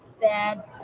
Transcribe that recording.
bad